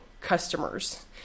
customers